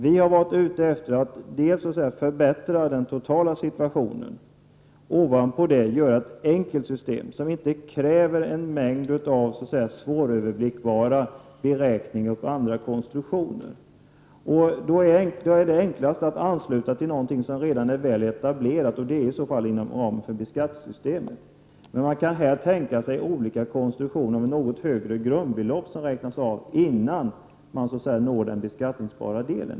Vi har varit ute efter att dels förbättra den totala situationen, dels göra ett enkelt system som inte kräver en mängd svåröverblickbara beräkningar och andra konstruktioner. Då är det enklast att ansluta till någonting som redan är väl etablerat. Det är i så fall inom ramen för skattesystemet. Men man kan tänka sig olika konstruktioner med något högre grundbelopp som räknas av innan man når den beskattningsbara delen.